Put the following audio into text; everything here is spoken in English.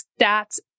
stats